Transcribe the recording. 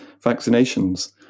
vaccinations